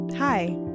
Hi